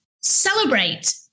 celebrate